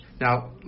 Now